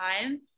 time